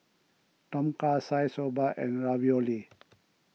Tom Kha Gai Soba and Ravioli